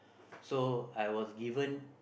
so I was given